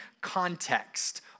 context